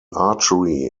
archery